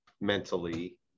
mentally